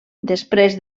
després